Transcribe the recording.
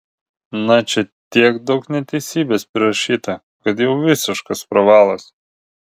na čia tiek daug neteisybės prirašyta kad jau visiškas pravalas